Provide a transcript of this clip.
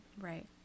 Right